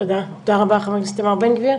תודה רבה, חבר הכנסת איתמר בן גביר.